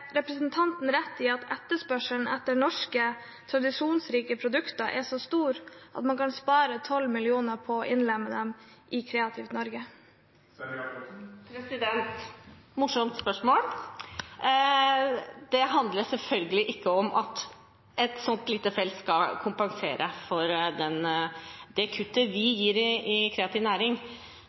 representanten rett – at etterspørselen etter norske tradisjonsrike produkter er så stor at man kan spare 12 mill. kr ved å innlemme dem i Kreativt Norge? Morsomt spørsmål! Det handler selvfølgelig ikke om at et så lite felt skal kompensere for det kuttet vi gjør i kreativ næring.